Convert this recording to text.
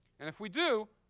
and if we do,